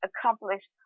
accomplished